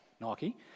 Nike